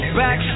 back